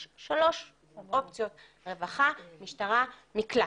יש שלוש אופציות: רווחה, משטרה, מקלט.